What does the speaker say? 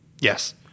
Yes